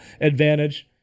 advantage